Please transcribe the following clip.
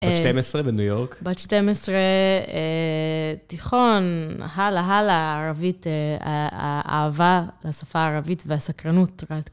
בת 12, בניו יורק? בת 12, תיכון, הלאה, הלאה, ערבית, האהבה לשפה הערבית והסקרנות.